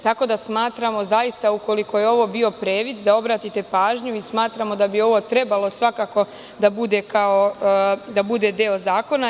Tako da smatramo, da zaista ukoliko je ovo bio previd da obratite pažnju i smatramo da bi ovo trebalo svakako da bude deo zakona.